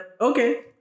okay